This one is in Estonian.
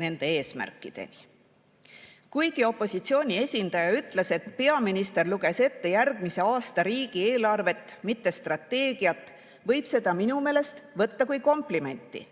nende eesmärkideni jõuaksime. Kuigi opositsiooni esindaja ütles, et peaminister luges ette järgmise aasta riigieelarvet, mitte strateegiat, võib seda minu meelest võtta kui komplimenti,